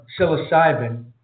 psilocybin